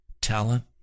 talent